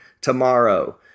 tomorrow